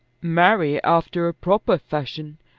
marry after a proper fashion,